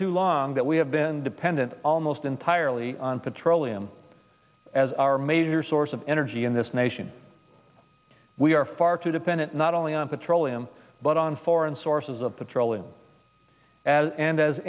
too long that we have been dependent almost entirely on petroleum as our major source of energy in this nation we are far too dependent not only on petroleum but on foreign sources of petroleum and as an